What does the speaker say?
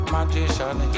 Magician